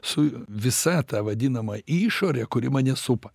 su visa ta vadinama išore kuri mane supa